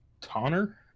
Tonner